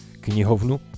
knihovnu